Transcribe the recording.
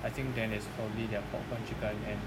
I think then is probably their popcorn chicken and